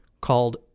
called